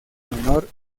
menor